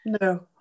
no